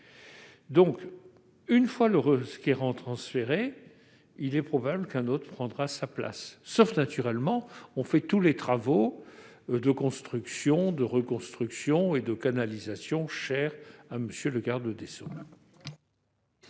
prisons. Une fois le requérant transféré, il est probable qu'un autre prendra sa place- sauf à faire tous les travaux de construction, de reconstruction, de canalisation, chers à M. le garde des sceaux